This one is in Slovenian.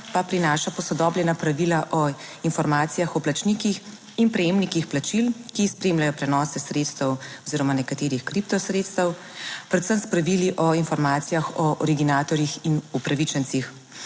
pa prinaša posodobljena pravila o informacijah o plačnikih in prejemnikih plačil, ki spremljajo prenose sredstev oziroma nekaterih kripto sredstev predvsem s pravili o informacijah o originatorjih in upravičencih,